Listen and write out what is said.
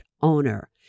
owner